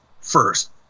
first